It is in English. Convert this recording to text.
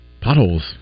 potholes